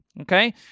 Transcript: okay